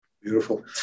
Beautiful